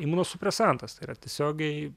imunosupresantas tai yra tiesiogiai